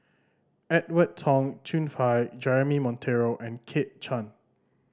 Edwin Tong Chun Fai Jeremy Monteiro and Kit Chan